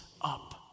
up